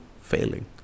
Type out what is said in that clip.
failing